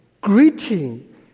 greeting